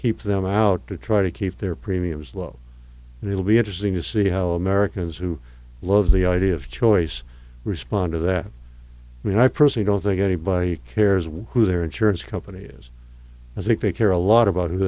keep them out to try to keep their premiums low and it will be interesting to see how americans who love the idea of choice respond to that i mean i personally don't think anybody cares what who their insurance company is i think they care a lot about